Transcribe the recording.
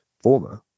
former